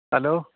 hello